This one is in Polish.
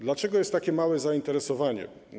Dlaczego jest takie małe zainteresowanie tym?